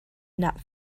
not